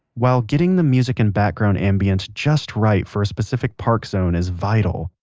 while getting the music and background ambiance just right for a specific park zone is vital,